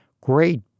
Great